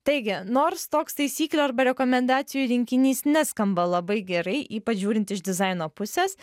taigi nors toks taisyklių arba rekomendacijų rinkinys neskamba labai gerai ypač žiūrint iš dizaino pusės